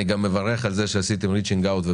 אני גם מברך על זה שעשיתם ריצ'ינג אאוט.